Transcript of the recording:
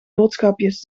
boodschapjes